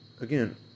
Again